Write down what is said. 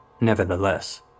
Nevertheless